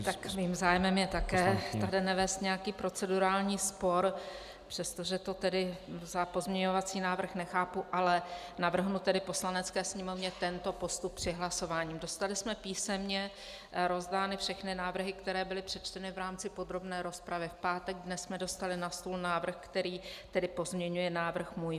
Tak mým zájmem je také tady nevést nějaký procedurální spor, přestože to tedy za pozměňovací návrh nechápu, ale navrhnu tedy Poslanecké sněmovně tento postup při hlasování: dostali jsme písemně rozdány všechny návrhy, které byly přečteny v rámci podrobné rozpravy v pátek, dnes jsme dostali na stůl návrh, který tedy pozměňuje návrh můj.